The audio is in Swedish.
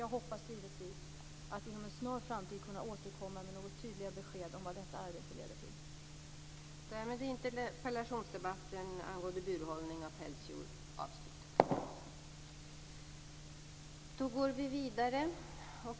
Jag hoppas givetvis att inom en snar framtid kunna återkomma med något tydligare besked om vad detta arbete leder till.